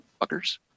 fuckers